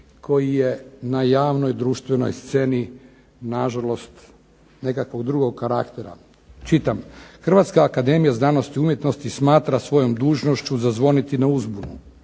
koji je na javnoj društvenoj sceni nažalost nekakvog drugog karaktera. Čitam, "Hrvatska akademija znanosti i umjetnosti smatra svojom dužnošću zazvoniti na uzbunu.",